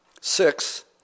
six